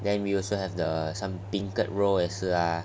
then we also have the some beancurd roll 也是 ah